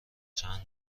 چند